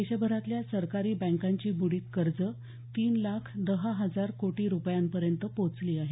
देशभरातल्या सरकारी बँकांची बुडित कर्जं तीन लाख दहा हजार कोटी रुपयांपर्यंत पोचली आहेत